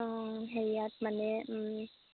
অ হেৰিয়াত মানে